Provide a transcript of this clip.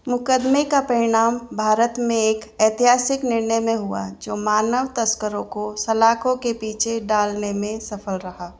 मुक़दमे का परिणाम भारत में एक ऐतिहासिक निर्णय में हुआ जो मानव तस्करों को सलाखों के पीछे डालने में सफल रहा